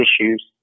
issues